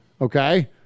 Okay